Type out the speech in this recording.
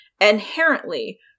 inherently